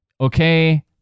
Okay